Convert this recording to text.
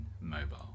mobile